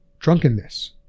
drunkenness